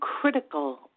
critical